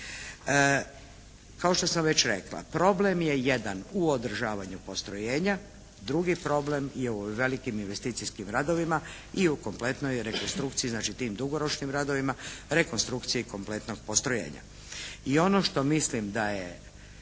Kao što sam već rekla problem je jedan u održavanju postrojenja. Drugi problem je u velikim investicijskim radovima i u kompletnoj rekonstrukciji znači tim dugoročnim radovima, rekonstrukciji kompletnog postrojenja. I ono što mislim da je